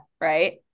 right